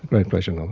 my pleasure, norman.